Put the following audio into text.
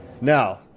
Now